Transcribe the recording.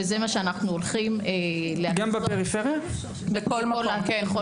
וזה מה שאנחנו הולכים --- גם בפריפריה?